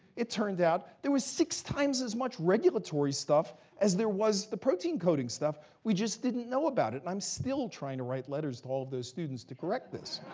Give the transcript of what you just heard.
it turned out there were six times as much regulatory stuff as there was the protein coding stuff. we just didn't know about it. and i'm still trying to write letters to all of those students to correct this.